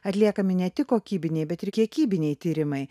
atliekami ne tik kokybiniai bet ir kiekybiniai tyrimai